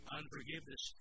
Unforgiveness